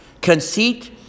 Conceit